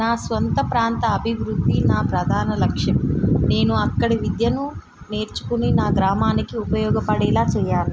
నా సొంత ప్రాంత అభివృద్ధి నా ప్రధాన లక్ష్యం నేను అక్కడ విద్యను నేర్చుకుని నా గ్రామానికి ఉపయోగపడేలాగ చేయాలి